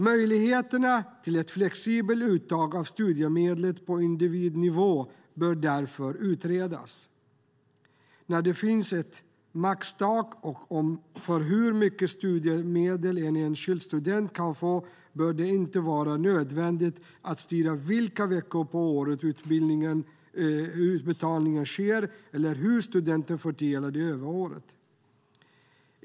Möjligheterna till ett flexibelt uttag av studiemedel på individnivå bör därför utredas. När det finns ett tak för hur mycket studiemedel en enskild student kan få bör det inte vara nödvändigt att styra vilka veckor på året utbetalning sker eller hur studenten fördelar studiemedlet över året.